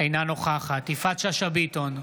אינה נוכחת יפעת שאשא ביטון,